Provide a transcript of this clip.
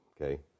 Okay